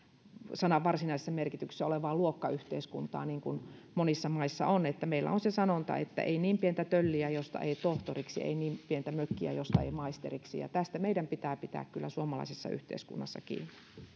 sanan varsinaisessa merkityksessä olevaa luokkayhteiskuntaa niin kuin monissa maissa on meillä on se sanonta että ei niin pientä tölliä josta ei tohtoriksi ei niin pientä mökkiä josta ei maisteriksi ja tästä meidän pitää pitää kyllä pitää suomalaisessa yhteiskunnassa kiinni